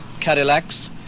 Cadillacs